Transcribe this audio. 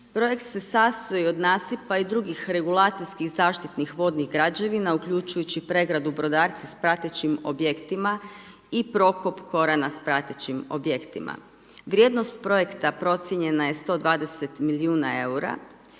Projekt se sastoji od nasipa i drugih regulacijski zaštitnih vodnih građevina, uključujući pregradu …/Govornik se ne razumije./… s pratećim objektima i pokop Korana s pratećim objektima. Vrijednost projekta procijenjena je 120 milijuna eura,